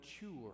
mature